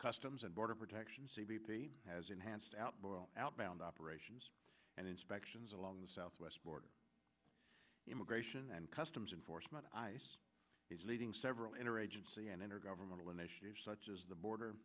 customs and border protection c b p has enhanced out outbound operations and inspections along the southwest border immigration and customs enforcement ice is leading several interagency and intergovernmental initiated such as the border